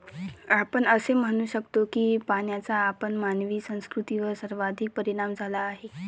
आपण असे म्हणू शकतो की पाण्याचा आपल्या मानवी संस्कृतीवर सर्वाधिक परिणाम झाला आहे